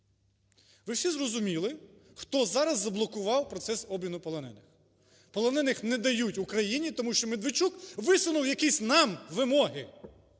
Ви всі зрозуміли, хто зараз заблокував процес обміну полонених? Полонених не дають Україні, тому що Медведчук висунув якісь нам вимоги!